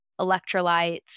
electrolytes